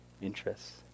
interests